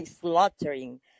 slaughtering